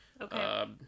Okay